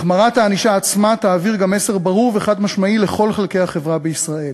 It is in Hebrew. החמרת הענישה עצמה תעביר מסר ברור וחד-משמעי לכל חלקי החברה בישראל: